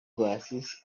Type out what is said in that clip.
glasses